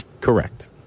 Correct